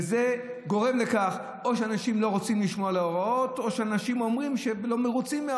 וזה גורם לכך שאנשים או לא רוצים לשמוע להוראות או אומרים